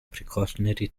precautionary